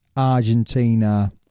Argentina